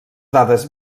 dades